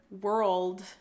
world